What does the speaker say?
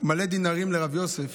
מלא דינרים לרב יוסף